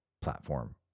platform